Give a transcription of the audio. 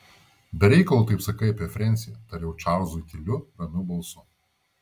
be reikalo taip sakai apie frensį tariau čarlzui tyliu ramiu balsu